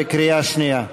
בקריאה שנייה.